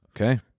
Okay